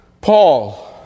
Paul